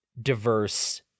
diverse